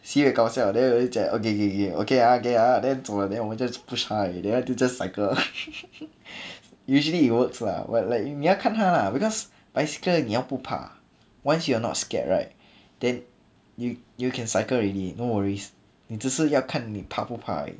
sibeh 搞笑 then 我又讲 okay okay okay okay okay ah then 走了 then 我们 just push 他而已 then 他就 just cycle usually it works lah [what] like you 你要看他 lah because bicycle 你要不怕 once you're not scared right then you you can cycle already no worries 你只是要看你怕不怕而已